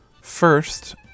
First